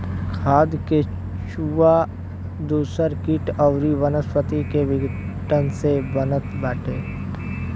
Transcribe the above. खाद केचुआ दूसर किट अउरी वनस्पति के विघटन से बनत बाटे